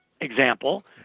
example